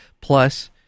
plus